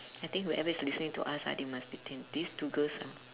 I think whoever is listening to us ah they must be think these two girl ah